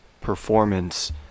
performance